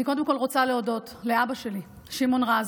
אני קודם כול רוצה להודות לאבא שלי, שמעון רז,